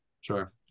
Sure